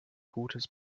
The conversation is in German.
gutes